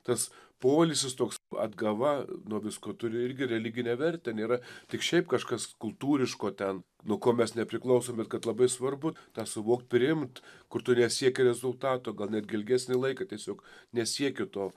tas poilsis toks adgava nuo visko turi irgi religinę vertę nėra tik šiaip kažkas kultūriško ten nuo ko mes nepriklausom bet kad labai svarbu tą suvokt priimt kur tu nesieki rezultato gal netgi ilgesnį laiką tiesiog nesiekiu to